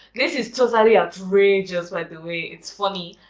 this is totally outrageous, by the way it's funny,